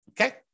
Okay